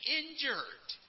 injured